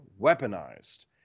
weaponized